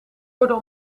worden